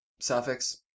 suffix